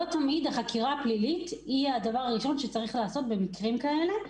לא תמיד החקירה הפלילית היא הדבר הראשון שיש לעשות במקרים כאלה.